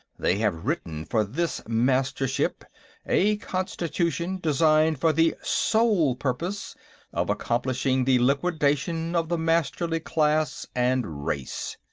they have written for this mastership a constitution, designed for the sole purpose of accomplishing the liquidation of the masterly class and race.